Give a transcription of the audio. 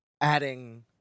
adding